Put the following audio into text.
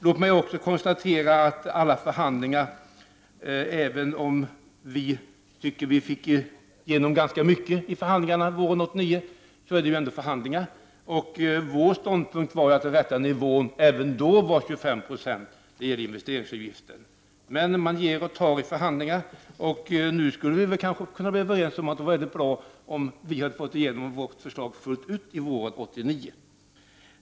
Låt mig också konstatera att alla för handlingar är just förhandlingar, även om vi tycker att vi fick igenom ganska mycket i förhandlingarna våren 1989. Vår ståndpunkt var att den rätta nivån även då var 25 Jo i investeringsavgifter. Men man ger och tar i förhandlingar. Nu skulle vi kanske kunna vara överens om att det hade varit väldigt bra om vi hade fått igenom vårt förslag fullt ut våren 1989.